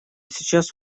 сейчас